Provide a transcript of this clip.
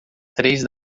três